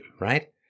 right